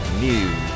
News